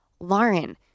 Lauren